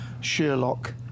Sherlock